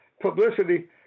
publicity